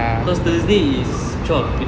because thursday is twelve